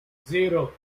zero